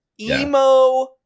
Emo-